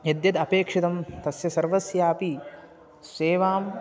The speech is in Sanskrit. यद्यद् अपेक्षितं तस्य सर्वस्यापि सेवां